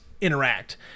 interact